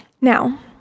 Now